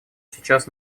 сейчас